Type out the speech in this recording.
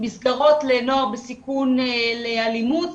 מסגרות לנוער בסיכון לאלימות,